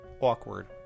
awkward